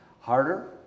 harder